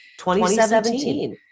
2017